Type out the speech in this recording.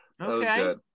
okay